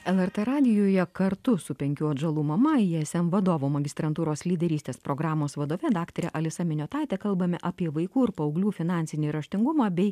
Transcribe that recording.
lrt radijuje kartu su penkių atžalų mama ism vadovų magistrantūros lyderystės programos vadove daktare alisa miniotaite kalbame apie vaikų ir paauglių finansinį raštingumą bei